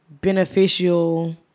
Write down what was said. beneficial